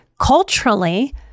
Culturally